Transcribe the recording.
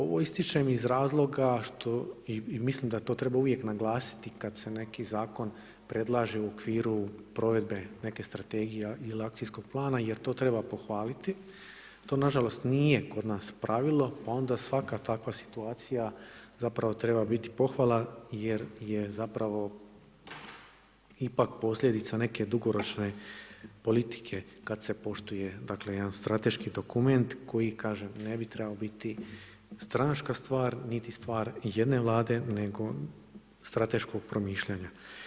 Ovo ističem iz razloga što i, mislim da to treba uvijek naglasiti kad se neki zakon treba naglasiti kad se neki zakon predlaže u okviru provedbe neke strategije ili akcijskog plana jer to treba pohvaliti, to nažalost nije kod nas pravilo pa onda svaka takva situacija zapravo treba biti pohvala jer je zapravo ipak posljedica neke dugoročne politike kad se poštuje jedan strateški dokument koji kažem, ne bi trebao biti stranačka stvar niti stvar jedne Vlade nego strateškog promišljanja.